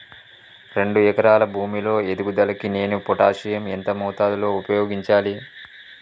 రెండు ఎకరాల భూమి లో ఎదుగుదలకి నేను పొటాషియం ఎంత మోతాదు లో ఉపయోగించాలి?